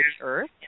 earth